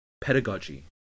pedagogy